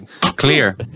clear